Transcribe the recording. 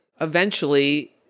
eventually-